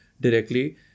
directly